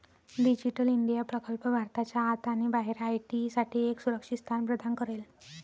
digital India प्रकल्प भारताच्या आत आणि बाहेर आय.टी साठी एक सुरक्षित स्थान प्रदान करेल